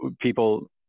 people